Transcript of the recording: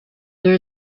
there